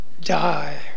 die